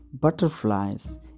butterflies